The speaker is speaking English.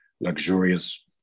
luxurious